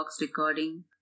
recording